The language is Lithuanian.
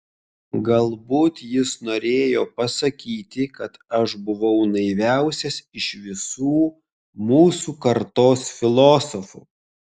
galbūt jis norėjo pasakyti kad aš buvau naiviausias iš visų mūsų kartos filosofų